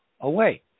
away